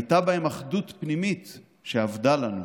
הייתה בהם אחדות פנימית שאבדה לנו.